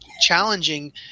challenging